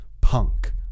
punk